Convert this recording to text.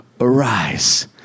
arise